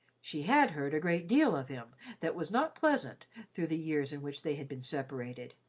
she had heard a great deal of him that was not pleasant through the years in which they had been separated.